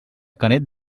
canet